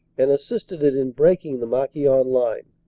and assisted it in breaking the marquion line.